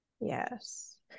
Yes